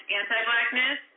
anti-blackness